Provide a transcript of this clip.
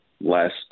last